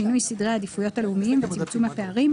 שינוי סדרי העדיפויות הלאומיים וצמצום הפערים,